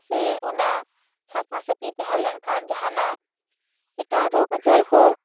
ᱥᱮ ᱚᱱᱟ ᱥᱟᱯᱷᱟ ᱥᱟᱹᱯᱷᱤ ᱛᱟᱦᱮᱸ ᱞᱮᱱ ᱠᱷᱟᱱ ᱡᱟᱦᱟᱱᱟᱜ ᱮᱴᱟᱜ ᱨᱳᱜ ᱟᱡᱟᱨ ᱦᱚᱸ